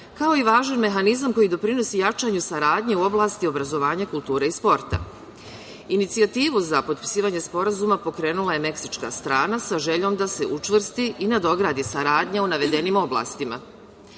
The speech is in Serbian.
kao i važan mehanizam koji doprinosi jačanju saradnje u oblasti obrazovanja, kulture i sporta. Inicijativu za potpisivanje sporazuma pokrenula je meksička strana, sa željom da se učvrsti i nadogradi saradnja u navedenim oblastima. Stupanjem